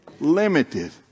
limited